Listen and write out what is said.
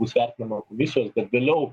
bus vertinama komisijos bet vėliau